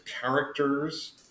characters